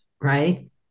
right